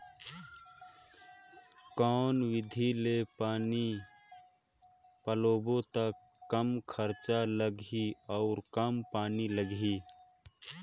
कौन विधि ले पानी पलोबो त कम खरचा लगही अउ कम पानी लगही?